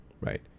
right